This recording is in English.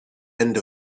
end